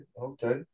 Okay